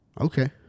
Okay